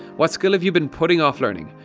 what skill have you been putting off learning.